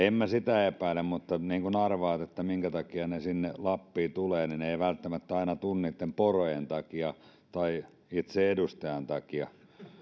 en minä sitä epäile mutta niin kuin arvaat minkä takia ne sinne lappiin tulevat ne ne eivät välttämättä aina tule niitten porojen takia tai itse edustajan takia